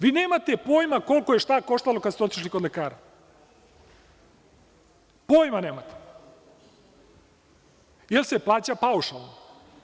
Vi nemate pojma koliko je šta koštalo kada ste otišli kod lekara, pojma nemate, jer se plaća paušalno.